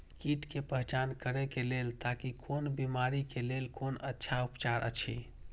कीट के पहचान करे के लेल ताकि कोन बिमारी के लेल कोन अच्छा उपचार अछि?